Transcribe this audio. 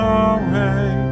away